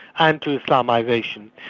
and to islamisation.